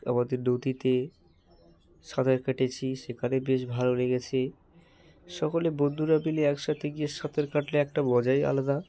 আমাদের নদীতে সাঁতার কেটেছি সেখানে বেশ ভালো লেগেছে সকলে বন্ধুরা মিলে এক সাথে গিয়ে সাঁতার কাটলে একটা মজাই আলাদা